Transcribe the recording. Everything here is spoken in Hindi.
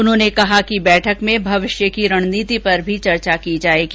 उन्होंने कहा कि बैठक में भविष्य की रणनीति पर भी चेर्चा की जायेगी